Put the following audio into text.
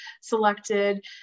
selected